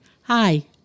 Hi